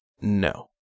No